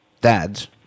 dads